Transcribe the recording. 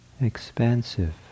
expansive